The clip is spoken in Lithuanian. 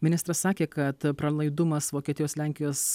ministras sakė kad pralaidumas vokietijos lenkijos